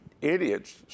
idiots